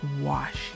wash